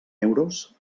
euros